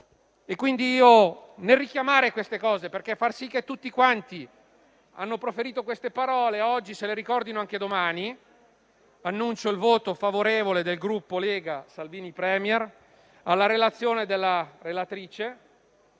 Nel richiamare tutto questo, per far sì che tutti quanti hanno proferito oggi queste parole le ricordino anche domani, annuncio il voto favorevole del Gruppo Lega-Salvini Premier alla relazione della relatrice,